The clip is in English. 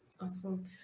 Awesome